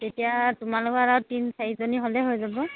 তেতিয়া তোমালোকৰ আৰু তিন চাৰিজনী হ'লে হৈ যাব